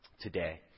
today